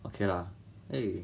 okay lah eh